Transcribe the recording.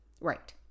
Right